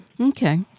Okay